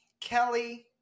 Kelly